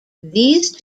these